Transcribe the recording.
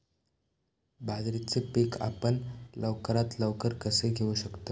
बाजरीचे पीक आपण लवकरात लवकर कसे घेऊ शकतो?